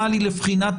בפועל.